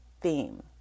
theme